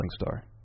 star